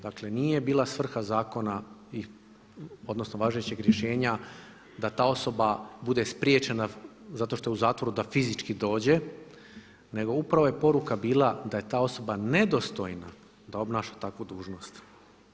Dakle nije bila svrha zakona, odnosno važećeg rješenja da ta osoba bude spriječena zato što je u zakon da fizički dođe nego upravo je poruka bila da je ta osoba nedostojna da obnaša takvu dužnost.